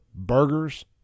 Burgers